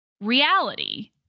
reality